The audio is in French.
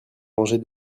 manger